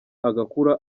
agakura